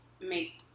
make